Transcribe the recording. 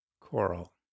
coral